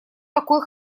такой